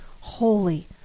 holy